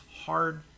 hard